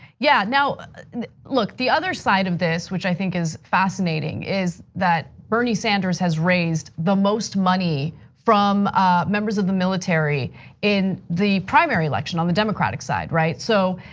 yeah, now look, the other side of this which i think is fascinating. is that, bernie sanders has raised the most money from members of the military in the primary election on the democratic side, right? so,